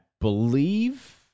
believe